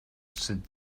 said